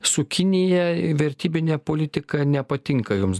su kinija vertybinė politika nepatinka jums